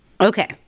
Okay